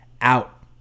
out